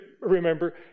remember